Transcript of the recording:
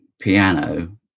piano